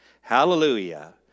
Hallelujah